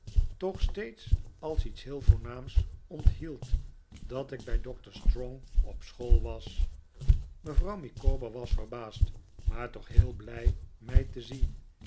toch steeds als iets heel voornaams onthield dat ik bij doctor strong op school was mevrouw micawber was verbaasd maar toch heel blij mij te zien